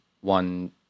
one